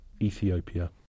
Ethiopia